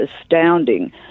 astounding